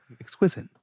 Exquisite